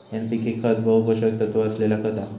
NPK खत बहु पोषक तत्त्व असलेला खत हा